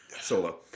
solo